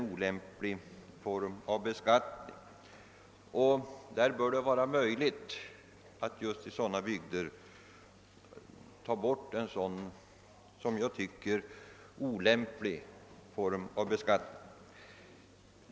Det bör därför vara möjligt att ta bort en sådan beskattning just i dessa bygder.